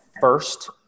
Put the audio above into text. first